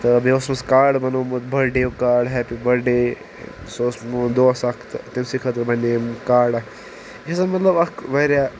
تہ بییہ اوسمس کاڑ بنوومُت بٔرتھ ڈے یُک کاڑ ہیٚپی برتھ ڈے سُہ اوس میون دوس اکھ تہ تٔمۍ سنٛدۍ خٲطرٕ بنیٚیم کاڑ اکھ یُس زَن مطلَب اکھ واریاہ